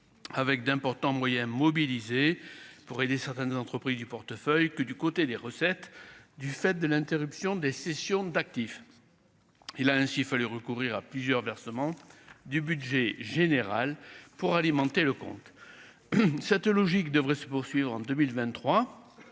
avec d'importants moyens mobilisés pour aider certaines entreprises du portefeuille que du côté des recettes du fait de l'interruption des cessions d'actifs, il a ainsi fallu recourir à plusieurs versements du budget général pour alimenter le compte cette logique devrait se poursuivre en 2023